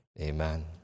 Amen